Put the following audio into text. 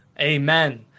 Amen